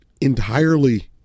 entirely